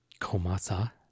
Komasa